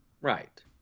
Right